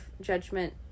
judgment